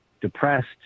depressed